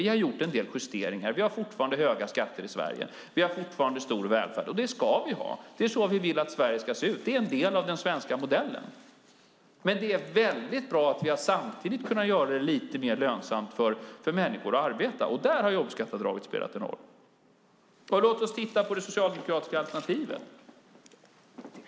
Vi har gjort en del justeringar. Vi har fortfarande höga skatter i Sverige och vi har fortfarande god välfärd, och det ska vi ha. Det är så vi vill att Sverige ska se ut. Det är en del av den svenska modellen. Men det är väldigt bra att vi samtidigt har kunnat göra det lite mer lönsamt för människor att arbeta, och där har jobbskatteavdraget spelat en roll. Låt oss titta på de socialdemokratiska alternativen.